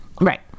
Right